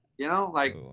you know, like,